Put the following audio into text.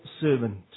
servant